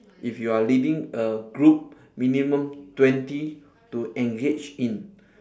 if you are leading a group minimum twenty to engage in